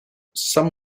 some